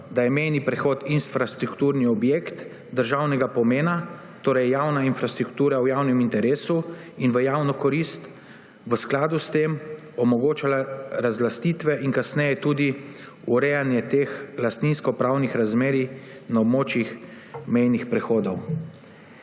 da je mejni prehod infrastrukturni objekt državnega pomena, torej javna infrastruktura v javnem interesu in v javno korist, omogočale razlastitve in kasneje tudi urejanje teh lastninskopravnih razmerij na območjih mejnih prehodov.